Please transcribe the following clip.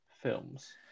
films